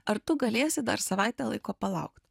ar tu galėsi dar savaitę laiko palaukt